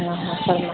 ହଁ ସବୁ